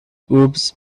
groups